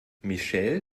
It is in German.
michelle